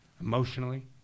emotionally